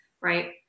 right